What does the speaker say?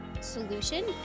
solution